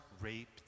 raped